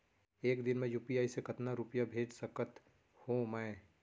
एक दिन म यू.पी.आई से कतना रुपिया भेज सकत हो मैं?